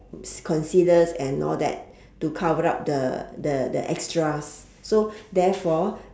concealers and all that to cover up the the the extras so therefore